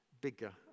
bigger